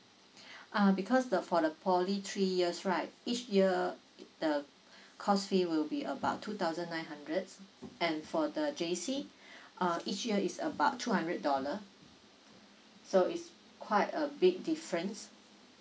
uh because the for the poly three years right each year uh the course fee will be about two thousand nine hundred and for the J_C uh each year is about two hundred dollar so is quite a big difference